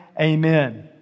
Amen